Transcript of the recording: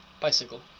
bicycle